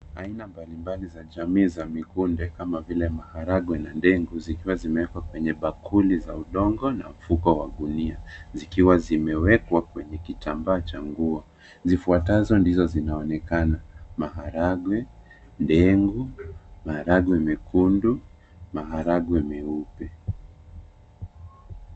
Aina mbalimbali za jamii za mikunde kama vile maharagwe na ndegu zikiwa zimewekwa kwenye bakuli za udongo na mfuko wa gunia, zikiwa zimewekwa kwenye kitambaa cha nguo. Zifuatazo ndizo zinazoonekana: maharagwe, ndengu, maharagwe mekundu, maharagwe meupe.